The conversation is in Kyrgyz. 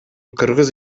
кыргыз